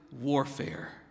Warfare